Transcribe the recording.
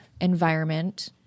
environment